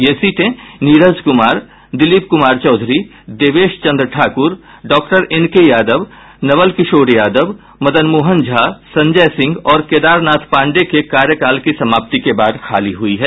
ये सीटें नीरज कुमार दिलीप कुमार चौधरी देवेश चंद्र ठाकुर डॉ एन के यादव नवल किशोर यादव मदन मोहन झा संजय सिंह और केदार नाथ पाण्डेय के कार्यकाल की समाप्ति के बाद खाली हुई हैं